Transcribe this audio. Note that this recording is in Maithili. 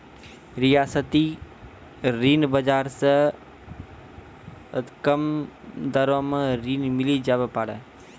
रियायती ऋण बाजार से कम दरो मे ऋण मिली जावै पारै